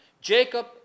Jacob